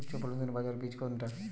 উচ্চফলনশীল বাজরার বীজ কোনটি?